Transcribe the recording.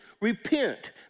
repent